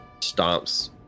stomps